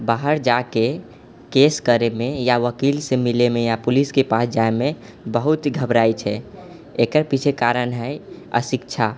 बाहर जाके केस करैमे या वकीलसँ मिलैमे या पुलिसके पास जाइमे बहुत घबराइ छै एकर पीछे कारण हइ अशिक्षा